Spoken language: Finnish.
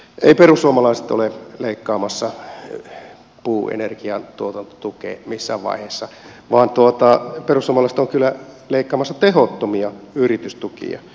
eivät perussuomalaiset ole leikkaamassa puuenergian tuotantotukea missään vaiheessa vaan perussuomalaiset ovat kyllä leikkaamassa tehottomia yritystukia